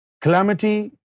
calamity